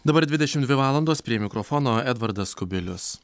dabar dvidešimt dvi valandos prie mikrofono edvardas kubilius